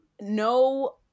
No